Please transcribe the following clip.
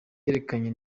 yerekanye